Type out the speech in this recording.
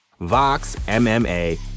VOXMMA